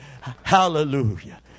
Hallelujah